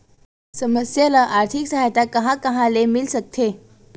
समस्या ल आर्थिक सहायता कहां कहा ले मिल सकथे?